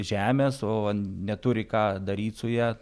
žemės o neturi ką daryt su ja